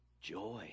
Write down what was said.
joy